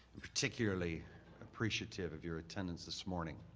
i'm particularly appreciative of your attendance this morning.